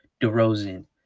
DeRozan